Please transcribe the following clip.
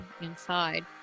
inside